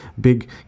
big